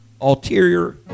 Ulterior